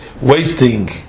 wasting